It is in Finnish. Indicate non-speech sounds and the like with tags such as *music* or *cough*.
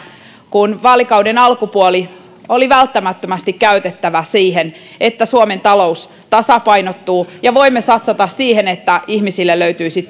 kun vaalikauden alkupuoli oli välttämättömästi käytettävä siihen että suomen talous tasapainottuu ja voimme satsata siihen että ihmisille löytyisi *unintelligible*